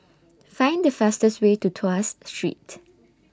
Find The fastest Way to Tuas Street